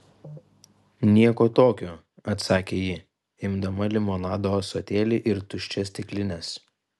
nieko tokio atsakė ji imdama limonado ąsotėlį ir tuščias stiklines